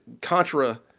Contra